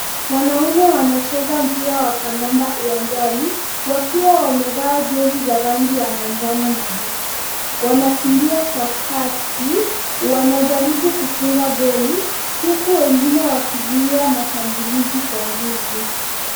Wanaume wanacheza mpira wa kandanda uwanjani wakiwa wamevaa jezi za rangi ya manjano na bluu. Wanakimbia kwa kasi, wanajaribu kufunga goli huku wengine wakizuia mashambulizi kwa nguvu.